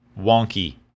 wonky